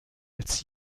als